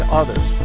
others